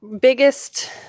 biggest